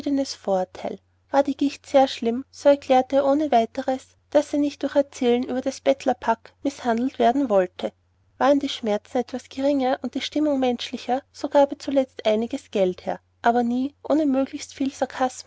vorurteil war die gicht sehr schlimm so erklärte er ohne weiteres daß er nicht durch erzählungen über das bettlerpack mißhandelt werden wolle waren die schmerzen etwas geringer und die stimmung menschlicher so gab er zuletzt einiges geld her aber nie ohne möglichst viel